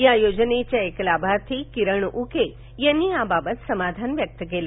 या योजनेच्या के लाभार्थी किरण उके यांनी याबाबत समाधान व्यक्त केलं